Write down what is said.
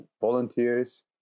volunteers